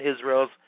Israel's